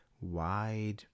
wide